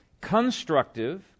constructive